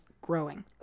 growing